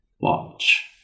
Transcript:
Watch